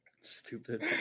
Stupid